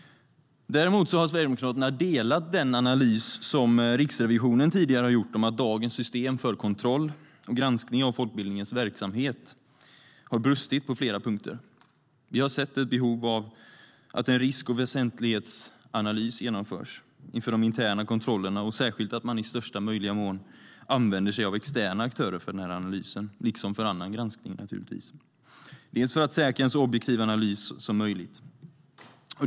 Sverigedemokraterna har däremot delat den analys som Riksrevisionen tidigare gjort om att dagens system för kontroll och granskning av folkbildningens verksamhet har brustit på flera punkter. Vi har sett ett behov av att en risk och väsentlighetsanalys genomförs inför de interna kontrollerna och särskilt att man i största möjliga mån använder sig av externa aktörer för denna analys, liksom naturligtvis för annan granskning, för att säkra en så objektiv analys som möjligt.